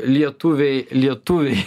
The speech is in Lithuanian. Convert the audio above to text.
lietuviai lietuviai